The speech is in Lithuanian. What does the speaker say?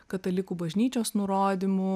katalikų bažnyčios nurodymų